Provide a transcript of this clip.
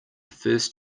first